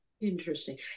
Interesting